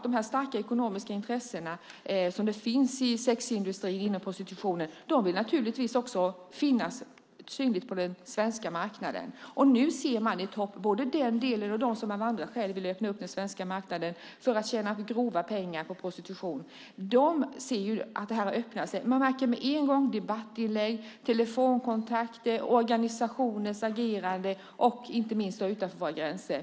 De starka ekonomiska intressen som finns i sexindustrin och inom prostitutionen vill naturligtvis också synas på den svenska marknaden. Nu ser både den delen och de som av andra skäl vill öppna den svenska marknaden för att tjäna grova pengar på prostitution att detta har öppnat sig. Man märker det på en gång genom debattinlägg, telefonkontakter, organisationers agerande och inte minst utanför våra gränser.